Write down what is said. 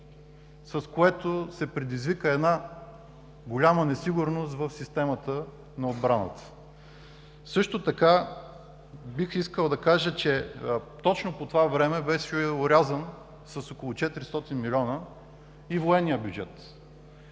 с което се предизвика една голяма несигурност в системата на отбраната. Също така, бих искал да кажа, че точно по това време беше орязан с около 400 милиона и военния бюджет.